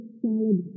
solid